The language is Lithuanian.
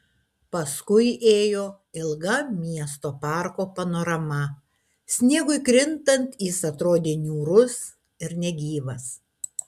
paskui ėjo ilga miesto parko panorama sniegui krintant jis atrodė niūrus ir negyvas